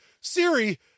Siri